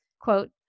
quote